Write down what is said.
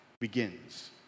begins